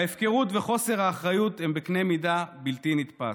ההפקרות וחוסר האחריות הן בקנה מידה בלתי נתפס,